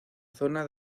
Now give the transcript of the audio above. zona